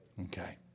okay